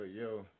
yo